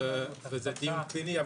זה דיון פנימי.